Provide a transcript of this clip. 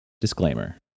Disclaimer